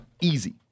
easy